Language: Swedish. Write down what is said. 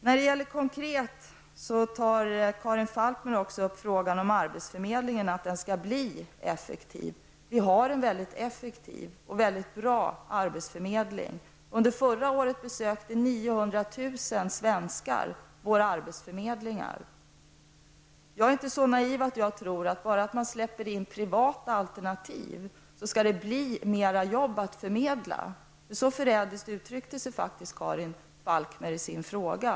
Karin Falkmer tar också upp frågan om arbetsförmedlingen, som hon vill skall bli effektiv. Jag vill då framhålla att vi har en mycket effektiv och bra arbetsförmedling. Förra året besökte 900 000 svenskar våra arbetsförmedlingar. Jag är inte så naiv att jag tror att det blir fler jobb att förmedla bara för att privata alternativ släpps fram -- så förrädiskt uttryckte sig faktiskt Karin Falkmer i sin fråga.